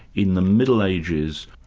in the middle ages,